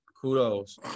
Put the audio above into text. Kudos